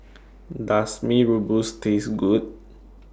Does Mee Rebus Taste Good